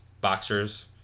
boxers